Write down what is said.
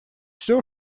все